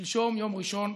שלשום, יום ראשון,